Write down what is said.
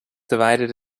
divided